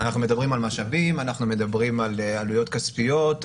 אנחנו מדברים על עלויות כספיות,